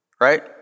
right